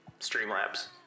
Streamlabs